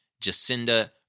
Jacinda